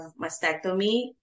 mastectomy